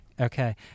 Okay